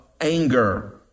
anger